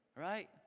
right